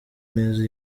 neza